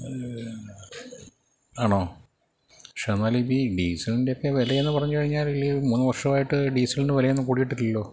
ആണോ ശെന്നാലിപ്പീ ഡീസലിൻറ്റെയൊക്കെ വിലയെന്ന് പറഞ്ഞുകഴിഞ്ഞാല് ഈ മൂന്ന് വർഷമായിട്ട് ഡീസലിന് വിലയൊന്നും കൂടിയിട്ടില്ലല്ലോ